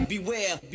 Beware